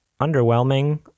underwhelming